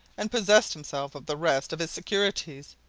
and possessed himself of the rest of his securities,